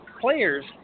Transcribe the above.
players